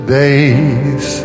days